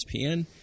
ESPN